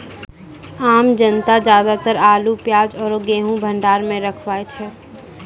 आम जनता ज्यादातर आलू, प्याज आरो गेंहूँ भंडार मॅ रखवाय छै